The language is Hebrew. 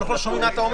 מעבר לזה,